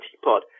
Teapot